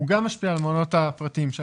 הוא גם משפיע על המעונות הפרטיים,